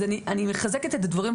אז אני מחזקת את הדברים,